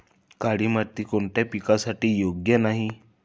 काळी माती कोणत्या पिकासाठी योग्य नाही?